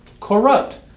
Corrupt